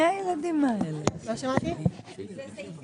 זה סעיף